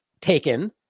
taken